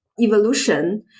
evolution